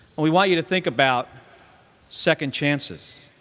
and we want you to think about second chances.